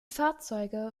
fahrzeuge